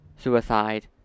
suicide